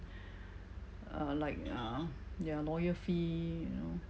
uh like uh ya lawyer fee you know